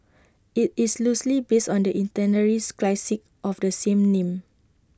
IT is loosely based on the classic of the same name